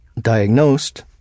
diagnosed